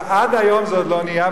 ועד היום זה עוד לא נהיה,